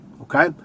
Okay